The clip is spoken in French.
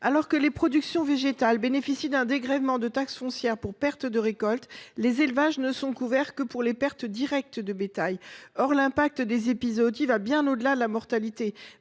Alors que les productions végétales bénéficient d’un dégrèvement de taxes foncières pour pertes de récoltes, les élevages ne sont couverts que pour les pertes directes de bétail. Or l’impact des épizooties va bien au delà de la mortalité